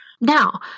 Now